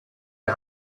you